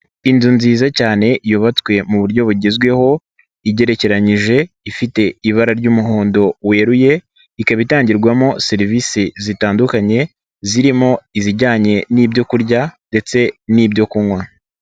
Inzu nziza cyane yubatswe mu buryo bugezweho, igerekeranyije, ifite ibara ry'umuhondo weruye, ikaba itangirwamo serivisi zitandukanye, zirimo izijyanye n'ibyo kurya ndetse n'ibyo kunywa.